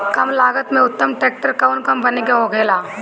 कम लागत में उत्तम ट्रैक्टर कउन कम्पनी के होखेला?